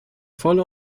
volle